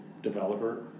developer